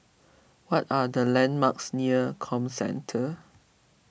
what are the landmarks near Comcentre